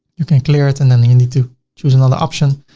you can clear it and then then you need to choose another option.